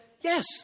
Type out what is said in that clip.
yes